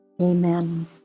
Amen